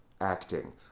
acting